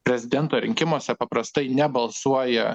prezidento rinkimuose paprastai nebalsuoja